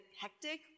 hectic